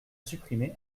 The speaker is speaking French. supprimer